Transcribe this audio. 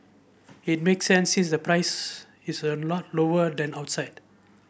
it makes sense since the price is a lot lower than outside